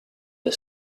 the